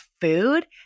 food